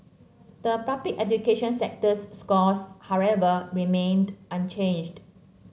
the Public education sector's scores however remained unchanged